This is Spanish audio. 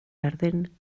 arden